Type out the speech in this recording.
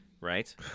Right